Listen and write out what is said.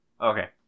Okay